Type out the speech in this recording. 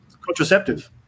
Contraceptive